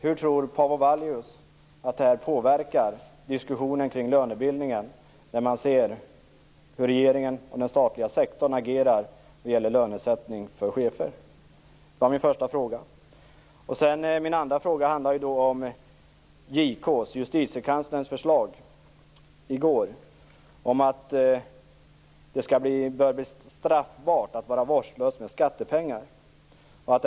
Hur tror Paavo Vallius att regeringens och den statliga sektorns agerande när det gäller lönesättning för chefer påverkar diskussionen kring lönebildningen? Det var min första fråga. Min andra fråga handlar om Justitiekanslerns förslag - som kom i går - om att det bör bli straffbart att vara vårdslös med skattepengar.